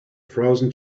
frozen